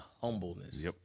humbleness